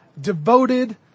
devoted